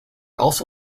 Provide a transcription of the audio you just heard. also